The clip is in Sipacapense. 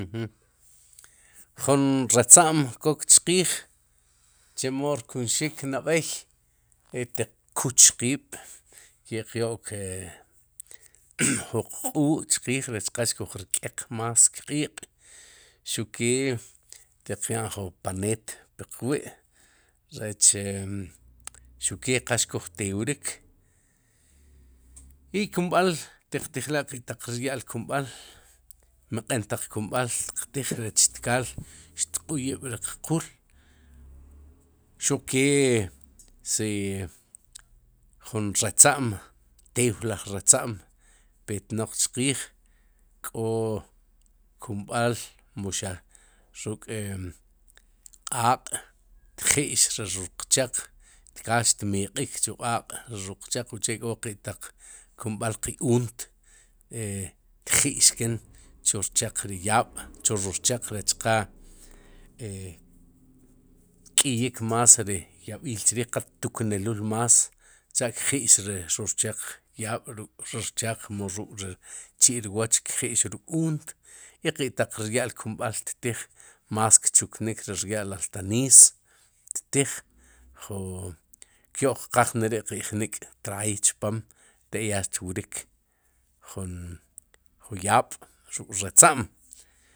jun ratza'm kok chqiij chemo rkunxik nab'ey e xtiq kuch qiib' ke'qyo'k e rech qa xkuj rk'eq más kq'iiq xuke tiq ya'n jun paneet piq wi'rech e xuqke qa xkuj teurik, i kumb'al ixtiqtijla'keq taq rya'l kumb'al mq'en taq kumb'al xtiq tiij, rech tkaal xq'uyib'riq quul xuq kee si jun retza'm tew laj rectzam, petnaq chqiij, k'o kumb'al mu xa ruk' e q'aq'kji'x ri ruqchaq tkaal xtmeq'iik chu q'aaq' ri ruqchaq uche'k'o qe kumb'al qe uunt e kji'xken chu rchaq ri yaab' chu rurchaq rech qa e tk'iyik más ri yab'iil chriij qa xtukneluul más sichá xtji'x ri rur chaq yaab' ruk'ri rurchaq mu ruk'ri chi'rwoch kji'x ruk'uunt i qe taq rya'l kumb'al ttij más kchuknik ri rya'l altaniis ttij tyo'qqaj neri'qe jnik'traay chpom te ya xtwrik jun juyab'ruk'ratza'm.